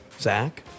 Zach